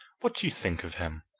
what do you think of him?